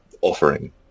offering